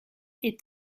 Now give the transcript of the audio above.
est